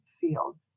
field